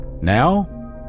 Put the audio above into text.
Now